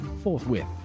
forthwith